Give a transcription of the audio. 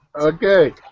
Okay